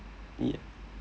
yeah